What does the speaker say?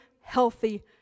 healthy